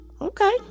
Okay